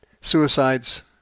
suicides